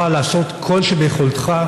ובמקומות אחרים לא דיברו על כך.